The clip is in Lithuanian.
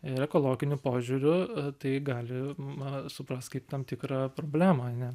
ir ekologiniu požiūriu tai gali ma suprast kaip tam tikrą problemą ne